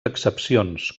excepcions